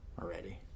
already